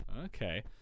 Okay